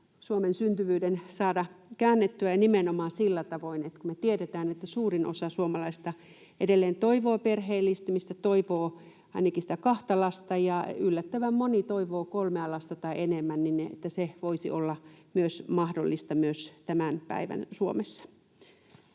Suomen syntyvyyden saada käännettyä ja nimenomaan sillä tavoin, että kun me tiedetään, että suurin osa suomalaista edelleen toivoo perheellistymistä, toivoo ainakin kahta lasta ja yllättävän moni toivoo kolmea lasta tai enemmän, niin se voisi olla mahdollista myös tämän päivän Suomessa.